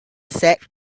sat